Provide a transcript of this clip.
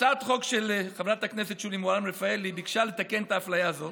הצעת החוק של חברת הכנסת שולי מועלם-רפאלי ביקשה לתקן את האפליה הזאת